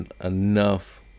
enough